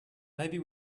maybe